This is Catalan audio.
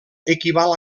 equival